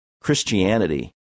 Christianity